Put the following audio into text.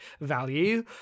value